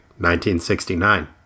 1969